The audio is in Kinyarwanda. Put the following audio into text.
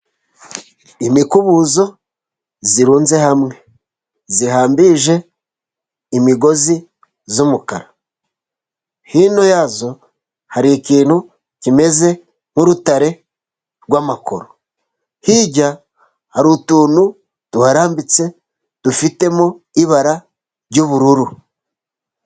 Imikubuzo irunze hamwe ihambirije imigozi y'umukara. Hino yayo hari ikintu kimeze nk'urutare rw'amakoro, hirya hari utuntu tuharambitse dufite mu ibara ry'ubururu.